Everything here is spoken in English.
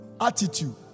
Attitude